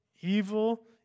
evil